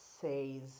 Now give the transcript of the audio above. says